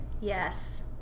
Yes